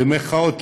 במירכאות,